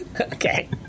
Okay